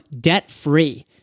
debt-free